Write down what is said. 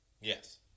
yes